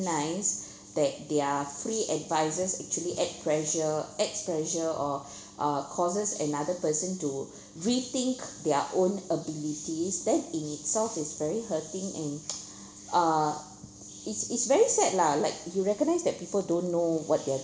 ~nise that their free advices actually add pressure adds pressure or uh causes another person to rethink their own abilities that in itself is very hurting and uh it's it's very sad lah like you recognise that people don't know what they are